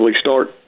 start